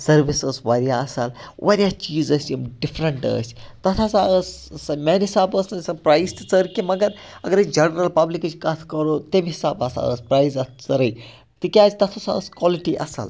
service ٲس واریاہ اَصٕل واریاہ چیٖز ٲسۍ یِم ڈِفرنٛٹ ٲسۍ تَتھ ہَسا ٲس سۄ میٛانہِ حِساب ٲس نہٕ سۄ پرٛایس تہِ ژٔر کینٛہہ مگر اگر أسۍ جنرَل پَبلِکٕچ کَتھ کَرو تمہِ حِساب ہَسا ٲس پرٛایز اَتھ ژٔرٕے تِکیٛازِ تَتھ ہَسا ٲس کالٕٹی اَصٕل